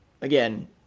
again